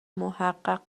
محقق